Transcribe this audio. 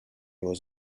was